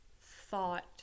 thought